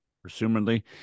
presumably